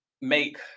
make